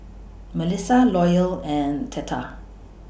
Mellissa Loyal and Theta